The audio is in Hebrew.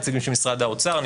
נציגים של משרד האוצר,